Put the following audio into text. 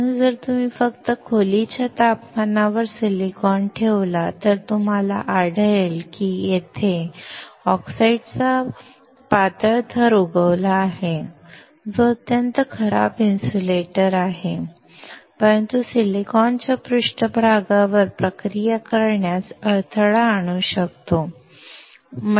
म्हणून जर तुम्ही फक्त खोलीच्या तपमानावर सिलिकॉन ठेवला तर तुम्हाला आढळेल की तेथे ऑक्साईडचा पातळ थर उगवला आहे जो अत्यंत खराब इन्सुलेटर आहे परंतु सिलिकॉनच्या पृष्ठभागावर प्रक्रिया करण्यास अडथळा आणू शकतो